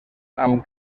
amb